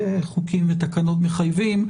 כי חוקים ותקנות מחייבים,